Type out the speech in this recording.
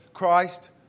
Christ